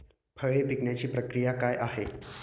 फळे पिकण्याची प्रक्रिया काय आहे?